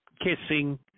kissing